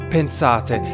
Pensate